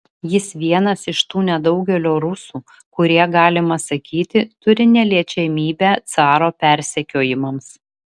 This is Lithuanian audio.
jis vienas iš tų nedaugelio rusų kurie galima sakyti turi neliečiamybę caro persekiojimams